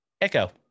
Echo